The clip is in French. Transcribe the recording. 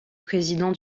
président